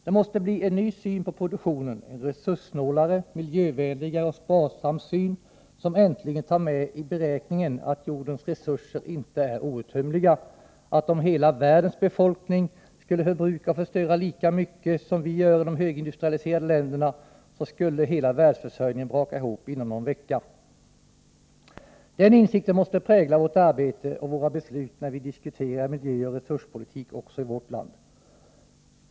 Det måste bli en ny syn på produktionen, en resurssnålare, miljövänligare och sparsam syn, som äntligen tar med i beräkningen att jordens resurser inte är outtömliga, att om hela världens befolkning skulle förbruka och förstöra lika mycket som vi gör i de högindustrialiserade länderna, skulle hela världsförsörjningen braka ihop inom någon vecka. Den insikten måste prägla vårt arbete och våra beslut när vi diskuterar miljöoch resurspolitik också i vårt land.